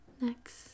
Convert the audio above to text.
Next